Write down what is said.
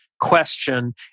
question